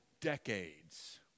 decades